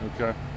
Okay